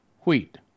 wheat